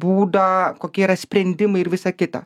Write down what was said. būdą kokie yra sprendimai ir visa kita